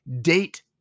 Date